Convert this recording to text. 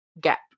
gap